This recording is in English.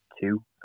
Two